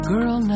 Girl